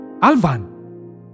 Alvan